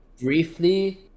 Briefly